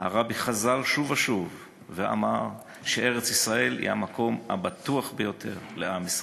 הרבי חזר שוב ושוב ואמר שארץ-ישראל היא המקום הבטוח ביותר לעם ישראל.